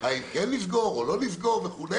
האם לסגור או לא לסגור וכו',